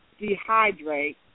dehydrate